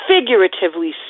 figuratively